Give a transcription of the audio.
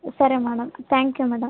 ಸರಿ madam thank you madam